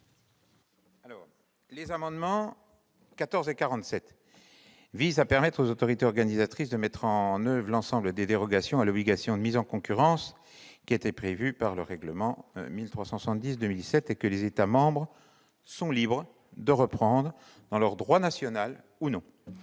Les amendements n 14 rectifié et 47 visent à permettre aux autorités organisatrices de mettre en oeuvre l'ensemble des dérogations à l'obligation de mise en concurrence prévues par le règlement n° 1370/2007 et que les États membres sont libres de reprendre dans leur droit national ou non.